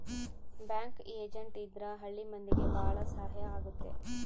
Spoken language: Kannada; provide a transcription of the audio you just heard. ಬ್ಯಾಂಕ್ ಏಜೆಂಟ್ ಇದ್ರ ಹಳ್ಳಿ ಮಂದಿಗೆ ಭಾಳ ಸಹಾಯ ಆಗುತ್ತೆ